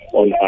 on